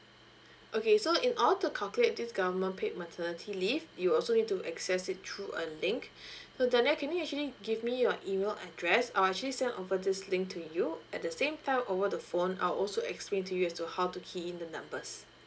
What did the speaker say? okay so in order to calculate this government paid maternity leave you'll also need to access it through a link so danial can you actually give me your email address I'll actually send over this link to you at the same time over the phone I'll also explain to you as to how to key in the numbers